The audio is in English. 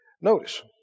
Notice